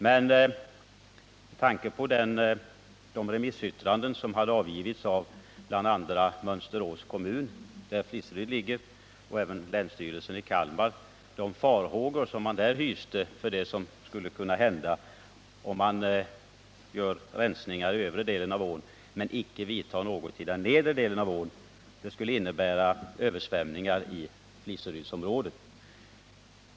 I remissyttranden avgivna av bl.a. Mönsterås kommun, inom vilken Fliseryd är beläget, och även av länsstyrelsen i Kalmar hade man emellertid framfört farhågor inför vad som skulle hända, om rensningar företas i den övre delen av ån utan att sådana genomförs i dess nedre del. Följden skulle kunna bli översvämningar i Fliserydsområdet.